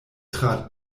tra